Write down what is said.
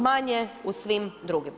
Manje u svim drugim.